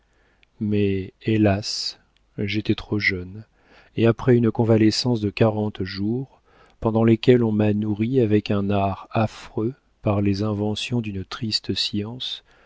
mais hélas j'étais trop jeune et après une convalescence de quarante jours pendant lesquels on m'a nourrie avec un art affreux par les inventions d'une triste science